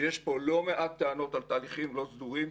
שיש פה לא מעט טענות על תהליכים לא סדורים,